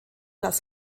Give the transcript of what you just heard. das